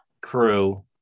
crew